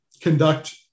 conduct